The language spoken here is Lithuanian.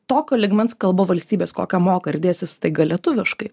tokio lygmens kalba valstybės kokią moka ir dėstys staiga lietuviškai